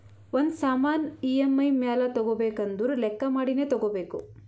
ಒಂದ್ ಸಾಮಾನ್ ಇ.ಎಮ್.ಐ ಮ್ಯಾಲ ತಗೋಬೇಕು ಅಂದುರ್ ಲೆಕ್ಕಾ ಮಾಡಿನೇ ತಗೋಬೇಕು